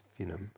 Finum